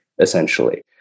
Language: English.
essentially